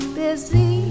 busy